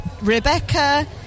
Rebecca